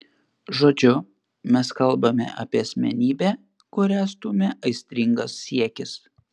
žodžiu mes kalbame apie asmenybę kurią stumia aistringas siekis